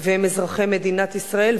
והם אזרחי מדינת ישראל,